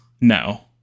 No